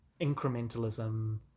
incrementalism